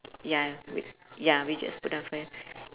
ya we ya we just put down fir~